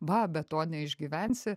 va be to neišgyvensi